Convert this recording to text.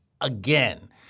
Again